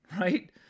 right